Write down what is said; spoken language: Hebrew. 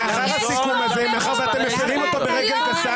מאחר ואתם מפרים אותו ברגל גסה,